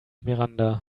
miranda